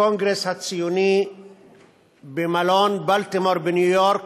הקונגרס הציוני במלון "בילטמור" בניו-יורק,